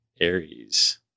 Aries